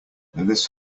this